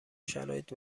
شرایط